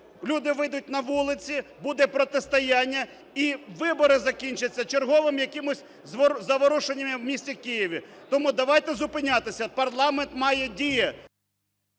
люди вийдуть на вулиці, буде протистояння і вибори закінчаться черговими якимись заворушеннями в місті Києві. Тому давайте зупинятися, парламент має діяти.